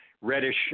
reddish